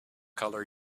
color